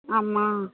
ஆமாம்